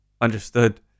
Understood